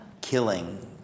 killing